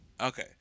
okay